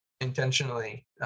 intentionally